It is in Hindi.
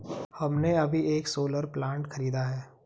हमने अभी एक सोलर प्लांट खरीदा है